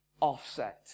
offset